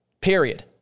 period